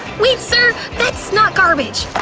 wait, sir! that's not garbage!